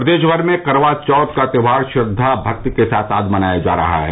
प्रदेश भर में करवा चौथ का त्योहार श्रद्धा भक्ति के साथ आज मनाया जा रहा है